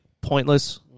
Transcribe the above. pointless